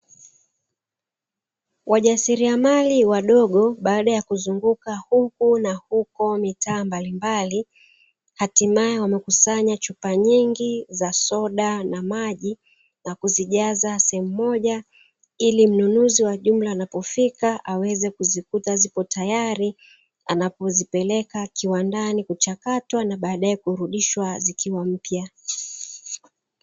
Wajasiriamali wadogo baada ya kuzunguka huku na huko mitaa mbalimbali, hatimaye wamekusanya chupa nyingi za soda na maji na kusijaza sehemu moja ili mnunuzi wa jumla anapofika aweze kuzikuta zipo tayari anapozipeleka kiwandani kuchakatwa na baadaye kurudishwa zikiwa mpya.